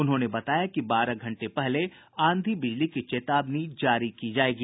उन्होंने बताया कि बारह घंटे पहले आंधी बिजली की चेतावनी जारी की जायेगी